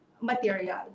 material